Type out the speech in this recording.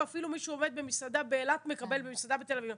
הדבר השני זה אי סובלנות לגבי כול אדם אלים באשר הוא,